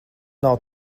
nav